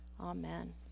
Amen